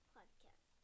Podcast